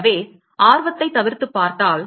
எனவே ஆர்வத்தை தவிர்த்துப் பார்த்தால்